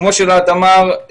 כמו שלהט אמר,